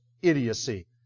idiocy